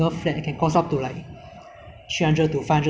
because right now the government is trying to encourage more higher growth